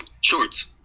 shorts